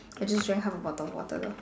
I just drank half the bottle water though